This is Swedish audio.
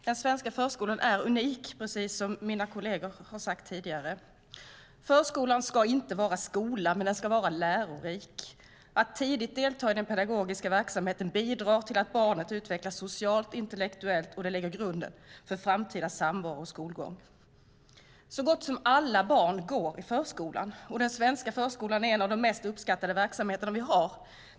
Den svenska förskolan är unik, precis som mina kolleger har sagt tidigare. Förskolan ska inte vara skola - men den ska vara lärorik. Att tidigt delta i den pedagogiska verksamheten bidrar till att barnet utvecklas socialt och intellektuellt, och det lägger grunden för framtida samvaro och skolgång. Så gott som alla barn går i förskolan, och den svenska förskolan är en av de mest uppskattade verksamheter vi har.